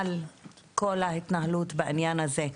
על כל ההתנהלות בעניין הזה,